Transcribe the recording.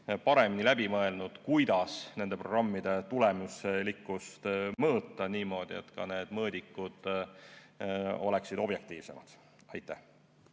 paremini läbi mõelnud, kuidas nende programmide tulemuslikkust mõõta niimoodi, et need mõõdikud oleksid objektiivsemad.